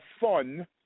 fun